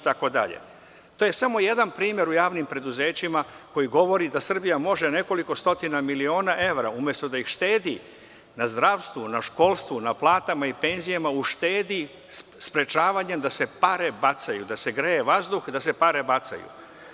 To je samo jedan primer u javnim preduzećima koji govori da Srbija može nekoliko stotina miliona evra, umesto da ih štedi na zdravstvu, na školstvu, na platama i penzijama, da uštedi sprečavanjem da se pare bacaju, da se greje vazduh, a da se pare bacaju.